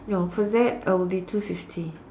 no for that it will be two fifty